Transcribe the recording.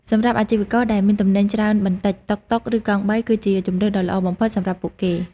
សម្រាប់អាជីវករដែលមានទំនិញច្រើនបន្តិច តុកតុក ឬកង់បីគឺជាជម្រើសដ៏ល្អបំផុតសម្រាប់ពួកគេ។